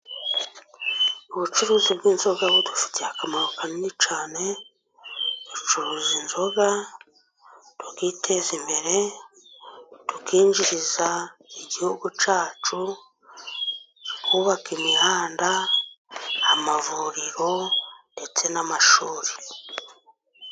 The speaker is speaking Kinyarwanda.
Ubucuruzi bw'inzoga budufitiye akamaro kanini cyane. Ducuruza inzoga tukiteza imbere, tukinjiriza igihugu cyacu kikubaka imihanda, amavuriro ndetse n'amashuri.